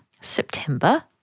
September